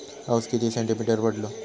पाऊस किती सेंटीमीटर पडलो?